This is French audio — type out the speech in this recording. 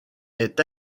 est